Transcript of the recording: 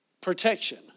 protection